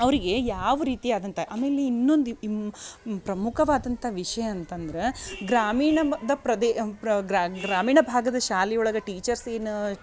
ಅವರಿಗೆ ಯಾವ ರೀತಿಯಾದಂಥ ಆಮೇಲೆ ಇನ್ನೊಂದು ಪ್ರಮುಖವಾದಂಥ ವಿಷಯ ಅಂತಂದ್ರೆ ಗ್ರಾಮೀಣಮದ ಪ್ರದೇ ಪ್ರ ಗ್ರಾಮೀಣ ಭಾಗದ ಶಾಲೆಯೊಳಗ ಟೀಚರ್ಸ್ ಏನು